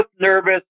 nervous